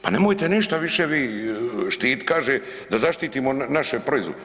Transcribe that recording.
Pa nemojte ništa više vi štititi, kaže da zaštitimo naše proizvode.